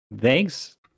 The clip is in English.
thanks